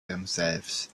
themselves